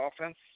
offense